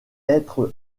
être